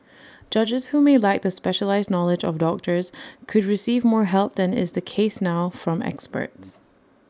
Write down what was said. judges who may lack the specialised knowledge of doctors could receive more help than is the case now from experts